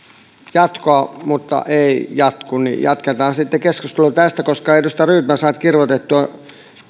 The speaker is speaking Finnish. jatkoa mutta ei jatku niin että jatketaan sitten keskustelua tästä koska edustaja rydman sai kirvoitettua